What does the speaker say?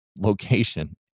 location